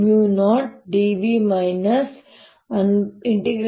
E